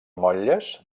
motlles